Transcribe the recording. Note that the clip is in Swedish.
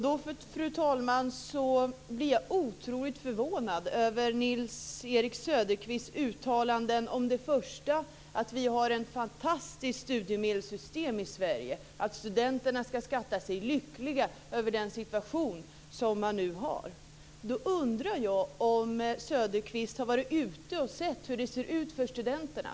Då, fru talman, blir jag otroligt förvånad över Nils-Erik Söderqvists uttalande om att vi har ett fantastiskt studiemedelsystem i Sverige, om att studenterna skall skatta sig lyckliga över den situation som man nu har. Då undrar jag om Söderqvist har varit ute och sett hur det ser ut för studenterna.